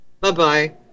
Bye-bye